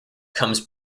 comes